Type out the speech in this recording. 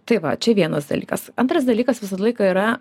tai va čia vienas dalykas antras dalykas visą laiką yra